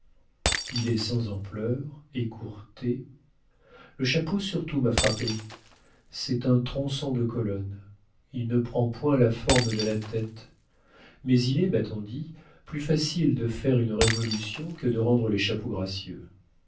il est sans ampleur écourté le chapeau surtout m'a frappé c'est un tronçon de colonne il ne prend point la forme de la tête mais il est m'a-t-on dit plus facile de faire une révolution que de rendre les chapeaux gracieux